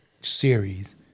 series